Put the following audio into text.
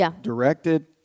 directed